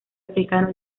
africano